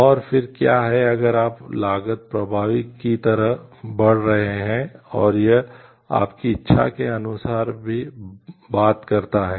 और फिर क्या है अगर आप लागत प्रभावी की तरह बढ़ रहे हैं और यह आपकी इच्छा के अनुसार भी बात करता है